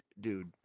dude